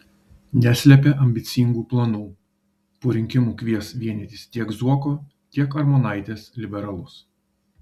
neslepia ambicingų planų po rinkimų kvies vienytis tiek zuoko tiek armonaitės liberalus